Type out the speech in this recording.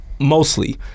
Mostly